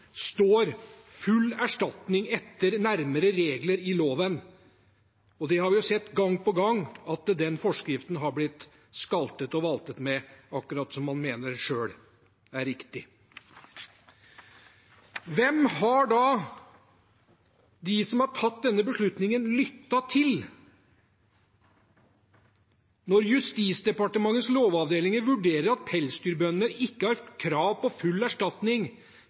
står at man får full erstatning etter nærmere regler i loven. Vi har sett gang på gang at den forskriften har blitt skaltet og valtet med akkurat som man selv mener er riktig. Hvem har da de som har tatt denne beslutningen, lyttet til, når Justisdepartementets lovavdeling vurderer at pelsdyrbønder ikke har krav på full erstatning